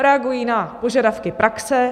Reagují na požadavky praxe.